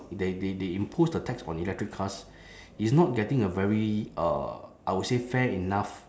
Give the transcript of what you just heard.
they they they impose the tax on electric cars it's not getting a very uh I would say fair enough